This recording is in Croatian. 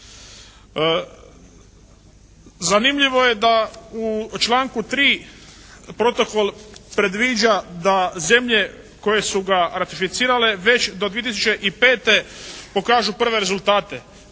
Zanimljivo je da u članku 3. protokol predviđa da zemlje koje su ga ratificirale već do 2005. pokažu prve rezultate,